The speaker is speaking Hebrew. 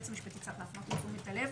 היועץ המשפטי צריך להפנות את תשומת הלב,